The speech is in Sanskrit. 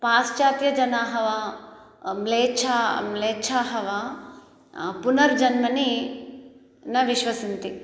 पाश्चात्यजनाः वा म्लेच्छा म्लेच्छाः वा पुनर्जन्मनि न विश्वसन्ति